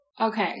Okay